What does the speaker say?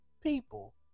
people